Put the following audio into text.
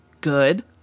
good